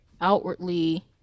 outwardly